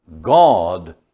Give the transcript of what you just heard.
God